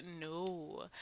No